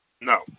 No